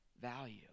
value